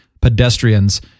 pedestrians